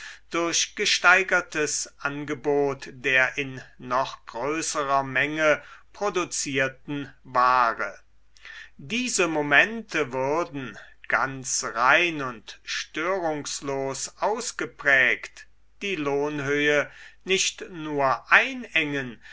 durch gesteigertes angebot der in noch größerer menge produzierten ware diese momente würden ganz rein und störungslos ausgeprägt die lohnhöhe nicht nur einengen